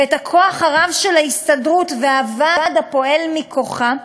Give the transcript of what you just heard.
ואת הכוח הרם של ההסתדרות והוועד הפועל מכוחה,